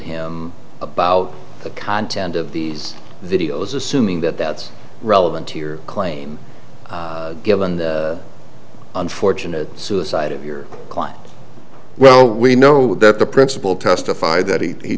him about the content of these videos assuming that that's relevant to your claim given the unfortunate suicide of your client well we know that the principal testified that he